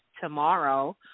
tomorrow